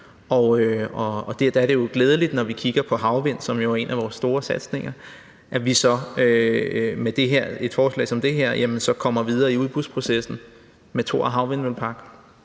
Og der er det, når vi kigger på havvind, som jo er en af vores store satsninger, glædeligt, at vi med et forslag som det her kommer videre i udbudsprocessen for Thor Havvindmøllepark.